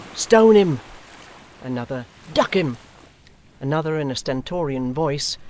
stone him another, duck him another, in a stentorian voice,